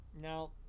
Now